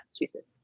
Massachusetts